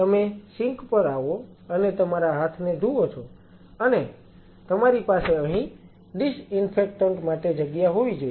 તમે સિંક પર આવો અને તમારા હાથને ધુઓ છો અને તમારી પાસે અહીં ડિસઈન્ફેકટન્ટ માટે જગ્યા હોવી જોઈએ